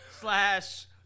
slash